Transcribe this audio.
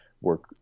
work